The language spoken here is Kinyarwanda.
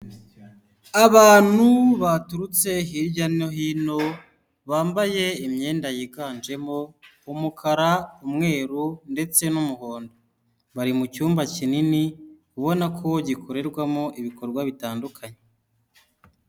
Abantu baturutse hirya no hino bambaye imyenda yiganjemo: umukara, umweru ndetse n'umuhondo, bari mu cyumba kinini ubona ko gikorerwamo ibikorwa bitandukanye.